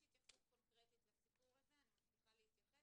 יש התייחסות קונקרטית לעניין הזה ואני מבטיחה להתייחס,